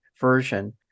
version